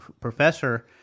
professor